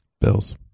Bills